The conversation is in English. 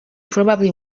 probably